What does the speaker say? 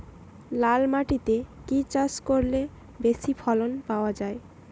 লাল মাটিতে কি কি চাষ করলে বেশি ফলন পাওয়া যায়?